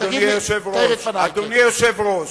אדוני היושב-ראש, אדוני היושב-ראש.